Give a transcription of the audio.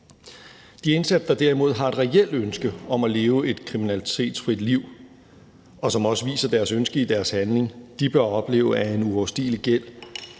De indsatte, der derimod har et reelt ønske om at leve et kriminalitetsfrit liv, og som også viser deres ønske i deres handling, bør ikke opleve, at en uoverstigelig gæld